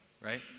right